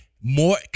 more